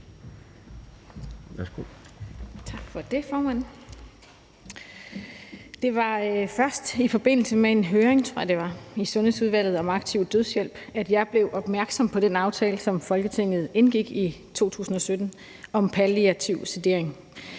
Det var først i forbindelse med en høring, tror jeg det var, i Sundhedsudvalget om aktiv dødshjælp, at jeg blev opmærksom på den aftale, som Folketinget indgik i 2017 om palliativ sedering.